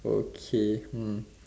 okay